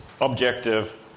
objective